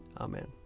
Amen